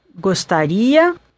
gostaria